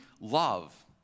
love